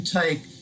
take